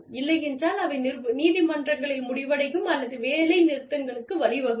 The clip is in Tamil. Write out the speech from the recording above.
இல்லையென்றால் அவை நீதிமன்றங்களில் முடிவடையும் அல்லது வேலை நிறுத்தங்களுக்கு வழிவகுக்கும்